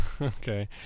Okay